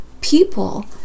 people